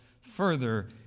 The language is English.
further